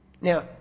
Now